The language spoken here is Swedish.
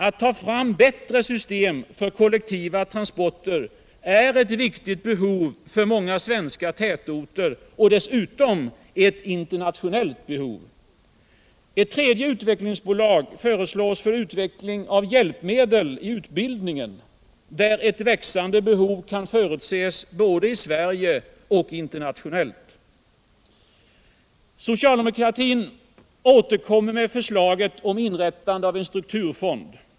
Att ta fram bättre system för kollektiva transporter är ett viktigt behov för många svenska tätorter och dessutom ett internationellt behov. Ett tredje utvecklingsbolag föreslås för utveckling av hjälpmedel i utbildningen där ett växande behov kan förutses, både i Sverige och internationellt. Socialdemokratin återkommer med förslaget om inrättande av en strukturfond.